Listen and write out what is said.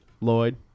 Lloyd